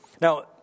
Now